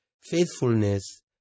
faithfulness